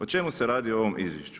U čemu se radi u ovom izvješću?